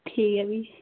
ठीक ऐ फ्ही